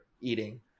eating